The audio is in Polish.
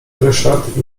ryszard